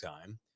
time